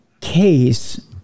case